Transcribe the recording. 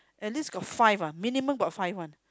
and this got five ah minimum got five [one]